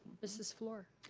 mrs. fluor.